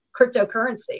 cryptocurrency